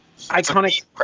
iconic